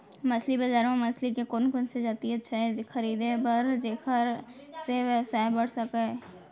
मछली बजार बर मछली के कोन कोन से जाति अच्छा हे खरीदे बर जेकर से व्यवसाय बढ़ सके?